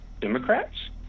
Democrats